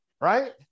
right